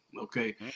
Okay